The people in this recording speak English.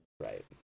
Right